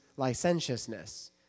licentiousness